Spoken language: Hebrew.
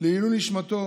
לעילוי נשמתו